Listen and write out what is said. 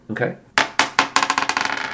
Okay